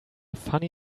funny